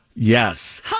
Yes